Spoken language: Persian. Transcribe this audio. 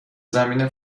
زمین